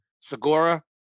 Segura